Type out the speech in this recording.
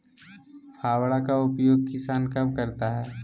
फावड़ा का उपयोग किसान कब करता है?